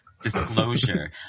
Disclosure